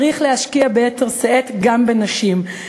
צריך להשקיע ביתר שאת גם בנשים.